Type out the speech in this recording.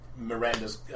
Miranda's